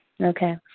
Okay